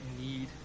need